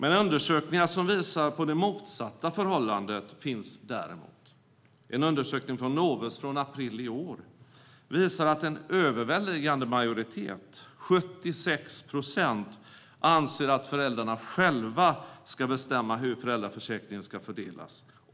Undersökningar som visar på det motsatta förhållandet finns däremot. En undersökning från Novus från april i år visar att en överväldigande majoritet, 76 procent, anser att föräldrarna själva ska bestämma hur föräldraförsäkringen ska fördelas.